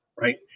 right